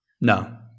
No